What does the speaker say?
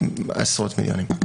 עשרות מיליונים.